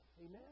Amen